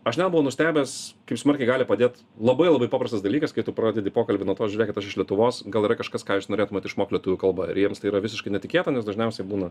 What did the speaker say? aš net buvau nustebęs kaip smarkiai gali padėt labai labai paprastas dalykas kai tu pradedi pokalbį nuo to žiūrėkit aš iš lietuvos gal yra kažkas ką jūs norėtumėt išmokt lietuvių kalba ir jiems tai yra visiškai netikėta nes dažniausiai būna